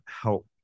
help